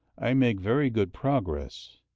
i make very good progress,